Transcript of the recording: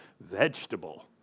vegetable